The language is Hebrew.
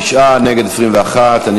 תשעה בעד, 21 נגד.